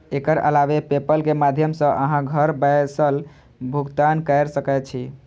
एकर अलावे पेपल के माध्यम सं अहां घर बैसल भुगतान कैर सकै छी